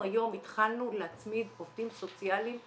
התחלנו להצמיד עובדים סוציאליים לפנימיות.